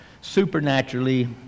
supernaturally